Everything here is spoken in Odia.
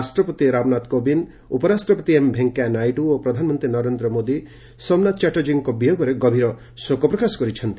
ରାଷ୍ଟ୍ରପତି ରାମନାଥ କୋବିନ୍ଦ୍ ଉପରାଷ୍ଟ୍ରପତି ଏମ୍ ଭେଙ୍କେୟା ନାଇଡ଼ୁ ଓ ପ୍ରଧାନମନ୍ତ୍ରୀ ନରେନ୍ଦ୍ର ମୋଦି ସୋମାନାଥ ଚାଟ୍ଟାର୍ଜୀଙ୍କ ବିୟୋଗରେ ଗଭୀର ଶୋକ ପ୍ରକାଶ କରିଛନ୍ତି